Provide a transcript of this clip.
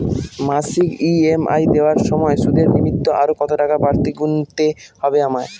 মাসিক ই.এম.আই দেওয়ার সময়ে সুদের নিমিত্ত আরো কতটাকা বাড়তি গুণতে হবে আমায়?